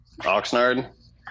Oxnard